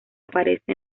aparece